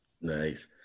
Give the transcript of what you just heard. Nice